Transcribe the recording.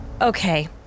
Okay